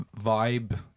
vibe